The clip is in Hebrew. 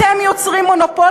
אתם יוצרים מונופול?